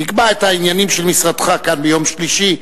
תקבע את העניינים של משרדך כאן ביום שלישי,